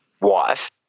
wife